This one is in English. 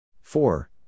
four